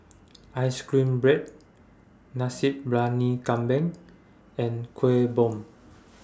Ice Cream Bread Nasi Briyani Kambing and Kuih Bom